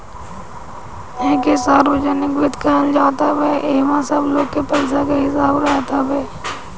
एके सार्वजनिक वित्त कहल जात हवे इहवा सब लोग के पईसा के हिसाब रहत हवे